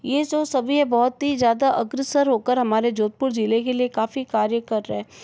ये जो सभी हैं बहुत ही ज़्यादा अग्रसर होकर हमारे जोधपुर ज़िले के लिए काफ़ी कार्य कर रहे